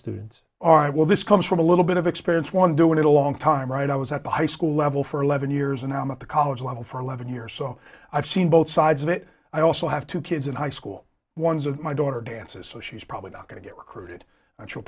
students are well this comes from a little bit of experience one doing it a long time right i was at the high school level for eleven years and i'm at the college level for eleven years so i've seen both sides of it i also have two kids in high school ones of my daughter dances so she's probably not going to get recruited